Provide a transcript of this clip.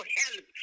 help